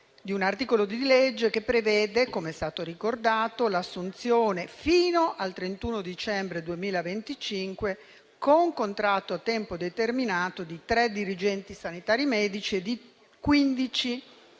di un disegno di legge che prevede, come è stato ricordato, l'assunzione fino al 31 dicembre 2025, con contratto a tempo determinato di tre dirigenti sanitari medici e di 15